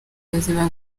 buzima